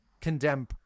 condemn